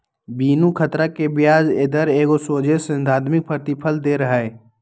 बिनु खतरा के ब्याज दर एगो सोझे सिद्धांतिक प्रतिफल दर हइ